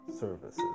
services